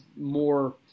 more